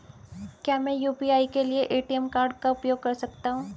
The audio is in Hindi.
क्या मैं यू.पी.आई के लिए ए.टी.एम कार्ड का उपयोग कर सकता हूँ?